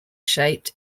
shaped